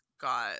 got